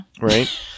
Right